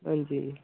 हां जी